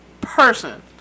person